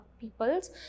peoples